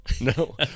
No